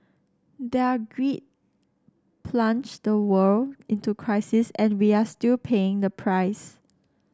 their greed plunged the world into crisis and we are still paying the price